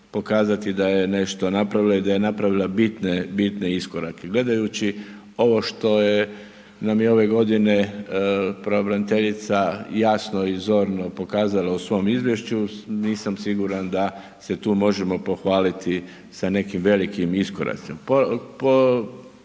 da je nešto napravila i da je napravila bitne iskorake. Gledajući ovo što nam je ove godine pravobraniteljica jasno i zorno prikazala u svom izvješću nisam siguran da se tu možemo pohvaliti sa nekim velikim iskoracima.